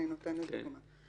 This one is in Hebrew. אני נותנת דוגמה.